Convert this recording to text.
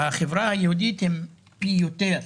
בחברה היהודית הם פי הרבה יותר.